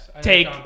take